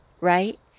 right